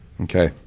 Okay